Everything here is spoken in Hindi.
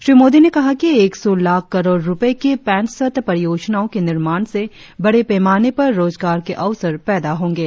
श्री मोदी ने कहा कि एक सौ लाख करोड़ रुपये की पैंसठ परियोजनाओं के निर्माण से बड़े पैमाने पर रोजगार के अवसर पैदा होंगे